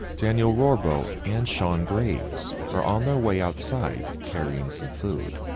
danny ah rohrbough and sean graves are on their way outside carrying some food.